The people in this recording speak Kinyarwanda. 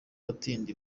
atinda